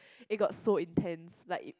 it go so intense like